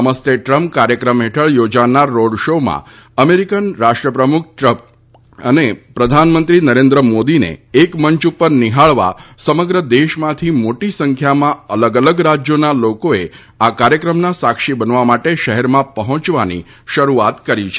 નમસ્તે ટ્રમ્પ કાર્યક્રમ હેઠળ યોજનારા રોડ શોમાં અમેરિકન રાષ્ટ્રપતિ ટ્રમ્પ અને પ્રધાનમંત્રી નરેન્દ્ર મોદીને એક જ મંચ પર નિહાળવા સમગ્ર દેશમાંથી મોટી સંખ્યમાં કે અલગ અલગ રાજ્યોનાં લોકો આ કાર્યક્રમના સાક્ષી બનવા માટે શહેરમાં પહોચવાની શરૂઆત કરી દીધી છે